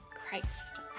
Christ